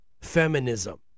Feminism